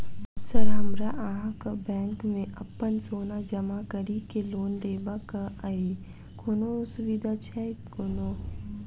Sir हमरा अहाँक bank मे अप्पन सोना जमा करि केँ लोन लेबाक अई कोनो सुविधा छैय कोनो?